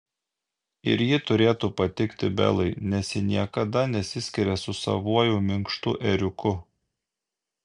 ir ji turėtų patikti belai nes ji niekada nesiskiria su savuoju minkštu ėriuku